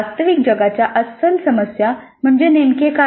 वास्तविक जगाच्या अस्सल समस्या म्हणजे नेमके काय